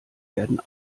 werden